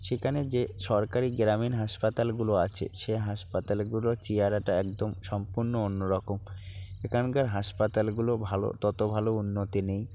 সেখানে যে সরকারি গ্রামীণ হাসপাতালগুলো আছে সে হাসপাতালগুলোর চেহারাটা একদম সম্পূর্ণ অন্য রকম এখানকার হাসপাতালগুলো ভালো তত ভালো উন্নতি নেই